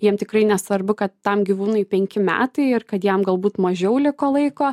jiem tikrai nesvarbu kad tam gyvūnui penki metai ir kad jam galbūt mažiau liko laiko